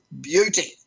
beauty